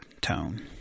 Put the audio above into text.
tone